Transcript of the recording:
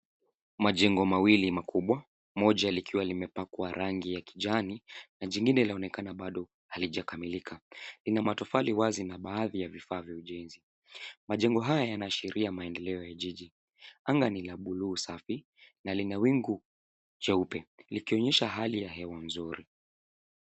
Majengo mawili makubwa, moja likiwa limepakwa rangi ya kijani na jingine laonekana bado halijakamilika. Lina matofali wazi na baadhi ya vifaa vya ujenzi. Majengo haya yanaashiria maendeleo ya jiji. Anga ni la buluu safi na lina wingu jeupe likionyesha hali ya hewa mzuri.